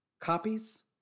Copies